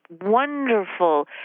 wonderful